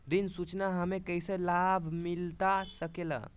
ऋण सूचना हमें कैसे लाभ मिलता सके ला?